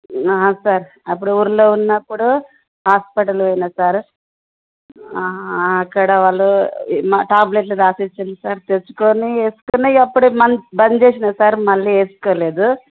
sir అప్పుడు ఊర్లో ఉన్నప్పుడు హాస్పటల్కి పోయినా సారు అక్కడ వాళ్ళూ ట్యాబ్లెట్లు రాసిచ్చిన సార్ తెచ్చుకోని ఏసుకొని ఎప్పుడు బంద్ చేసినా సార్ మళ్ళీ వేసుకోలేదు